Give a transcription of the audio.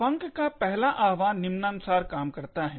func का पहला आह्वान निम्नानुसार काम करता है